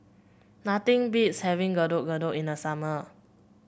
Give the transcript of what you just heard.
nothing beats having Getuk Getuk in the summer